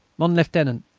mon lieutenant,